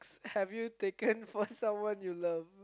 have you taken for someone you love